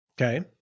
Okay